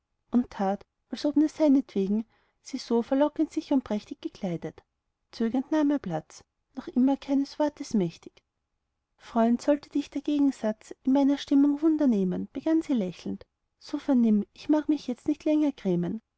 als ob nur seinetwegen sie so verlockend sich und prächtig gekleidet zögernd nahm er platz noch immer keines wortes mächtig freund sollte dich der gegensatz in meiner stimmung wunder nehmen begann sie lächelnd so vernimm ich mag mich jetzt nicht länger grämen